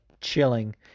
chilling